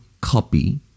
copy